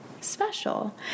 special